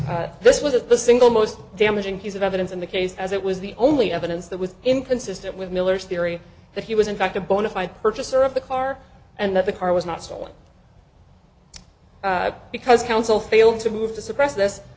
c this wasn't the single most damaging piece of evidence in the case as it was the only evidence that was inconsistent with miller's theory that he was in fact a bona fide purchaser of the car and that the car was not stolen because counsel failed to move to suppress